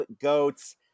goats